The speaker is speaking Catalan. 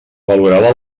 valorarà